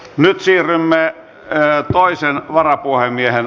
nyt seuraa toisen varapuhemiehen vaali